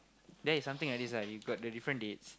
there is something like this ah you got the different dates